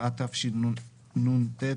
התשנ"ט 1999,